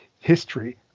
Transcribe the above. history